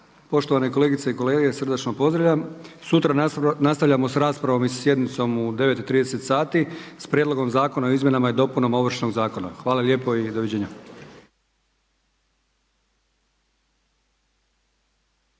poštovane kolegice i kolege srdačno pozdravlja. Sutra nastavljamo sa raspravom i sjednicom u 9,30 sati s prijedlogom Zakona o izmjenama i dopunama Ovršnog zakona. Hvala lijepo i doviđenja.